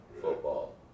Football